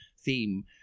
theme